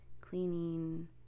cleaning